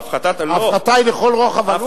ההפחתה, ההפחתה היא לכל הרוחב?